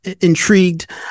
Intrigued